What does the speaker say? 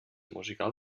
musical